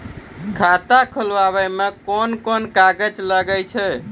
खाता खोलावै मे कोन कोन कागज लागै छै?